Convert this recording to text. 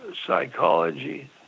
psychology